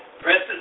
presses